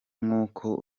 nk’uko